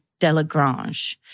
Delagrange